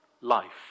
Life